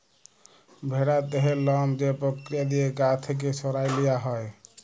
ভেড়ার দেহের লম যে পক্রিয়া দিঁয়ে গা থ্যাইকে সরাঁয় লিয়া হ্যয়